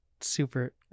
super